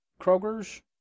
Kroger's